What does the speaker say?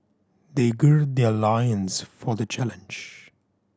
they gird their loins for the challenge